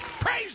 Praise